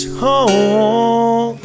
home